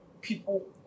people